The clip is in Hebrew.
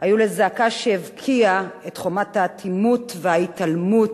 היו לזעקה שהבקיעה את חומת האטימות וההתעלמות